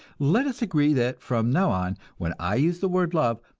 let us agree that from now on when i use the word love,